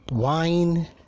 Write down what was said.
Wine